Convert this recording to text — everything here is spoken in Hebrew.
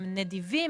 הם נדיבים,